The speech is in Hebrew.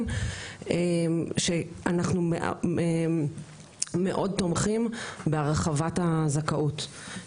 שאנחנו מאוד תומכים בהרחבת הזכאות.